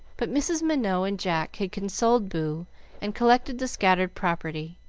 but mrs. minot and jack had consoled boo and collected the scattered property,